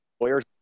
lawyers